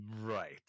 Right